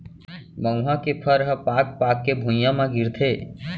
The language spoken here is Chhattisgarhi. मउहा के फर ह पाक पाक के भुंइया म गिरथे